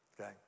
Okay